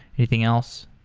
anything else?